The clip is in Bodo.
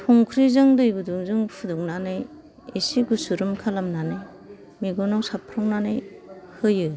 संख्रिजों दै गुदुंजों फुदुंनानै एसे गुसुरोम खालामनानै मेगनाव सारफ्रावनानै होयो